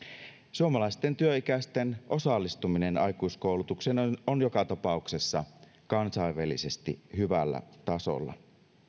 suomalaisten työikäisten osallistuminen aikuiskoulutukseen on joka tapauksessa kansainvälisesti hyvällä tasolla